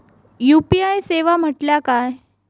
UPI सेवा म्हटल्या काय?